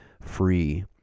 free